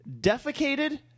defecated